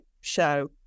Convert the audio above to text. show